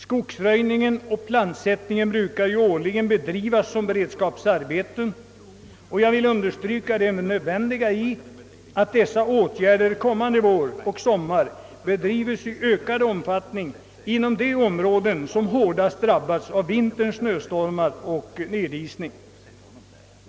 Skogsröjning och plantsättning brukar ju årligen bedrivas. som beredskapsarbeten, och jag vill understryka nödvändigheten av att sådana åtgärder kommande vår och sommar vidtages i ökad omfattning inom de områden som drabbats hårdast av vinterns snöstormar och nedisning.